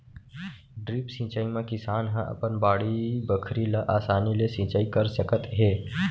drip सिंचई म किसान ह अपन बाड़ी बखरी ल असानी ले सिंचई कर सकत हे